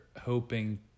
hoping